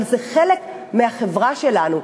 אבל הם חלק מהחברה שלנו.